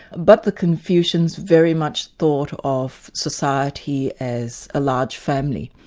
but the confucians very much thought of society as a large family,